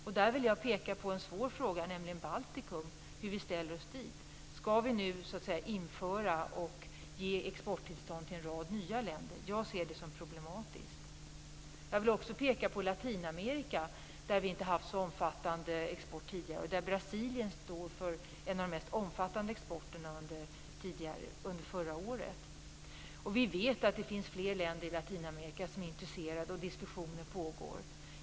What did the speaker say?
Jag vill peka på en svår fråga, nämligen frågan om Baltikum. Hur ställer vi oss till den? Skall vi ge exporttillstånd till en rad nya länder? Jag ser det som problematiskt. Jag vill också peka på Latinamerika. Vi har inte haft en så omfattande export dit tidigare, men exporten till Brasilien var omfattande förra året. Vi vet att det finns fler länder i Latinamerika som är intresserade. Diskussioner pågår.